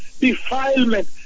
defilement